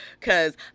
Cause